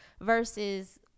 versus